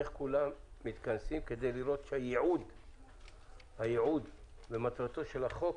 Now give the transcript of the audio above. איך כולם מתכנסים כדי לראות שהייעוד במטרתו של החוק